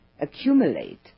accumulate